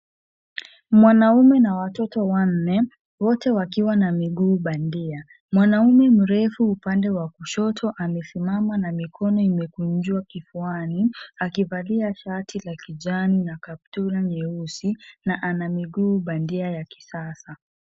Mwanaume na watoto wanne wote wakiwa na miguu bandia. Mwanaume mrefu upande wa kushoto, amesimama na mikono imekunjwa kifuani akivalia shati la kijani na kaptula nyeusi na ana miguu bandia ya kisasa.